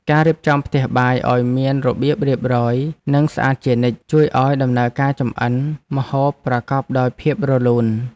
ការរៀបចំផ្ទះបាយឱ្យមានរបៀបរៀបរយនិងស្អាតជានិច្ច ជួយឱ្យដំណើរការចម្អិនម្ហូបប្រកបដោយភាពរលូន។